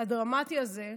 הדרמטי הזה.